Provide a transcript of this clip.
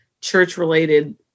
church-related